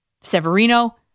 Severino